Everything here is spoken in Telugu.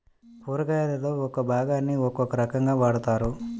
కూరగాయలలో ఒక్కో భాగాన్ని ఒక్కో రకంగా వాడతారు